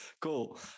cool